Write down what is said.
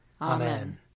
Amen